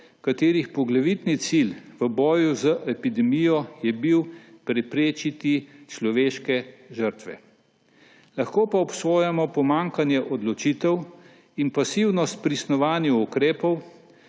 katerih poglavitni cilj v boju z epidemijo je bil preprečiti človeške žrtve. Lahko pa obsojamo pomanjkanje odločitev in pasivnost pri snovanju ukrepov,